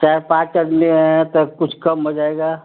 चार पाँच आदमी हैं तब कुछ कम हो जाएगा